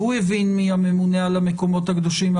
שהוא הבין מהממונה על המקומות הקדושים,